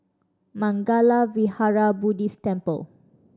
Mangala Vihara Buddhist Temple